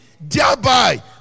thereby